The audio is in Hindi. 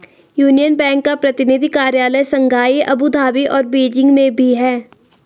यूनियन बैंक का प्रतिनिधि कार्यालय शंघाई अबू धाबी और बीजिंग में भी है